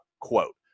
quote